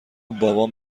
بابام